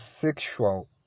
sexual